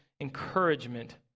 encouragement